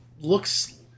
looks